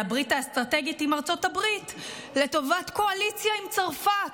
הברית האסטרטגית עם ארצות הברית לטובת קואליציה עם צרפת,